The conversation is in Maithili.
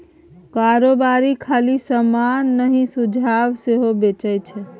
कारोबारी खाली समान नहि सुझाब सेहो बेचै छै